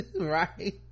right